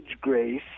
Grace